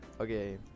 Okay